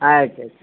ಆಯ್ತು ಆಯ್ತು